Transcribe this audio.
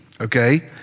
okay